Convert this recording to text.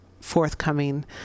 forthcoming